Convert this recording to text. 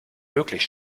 möglich